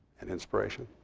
and inspiration.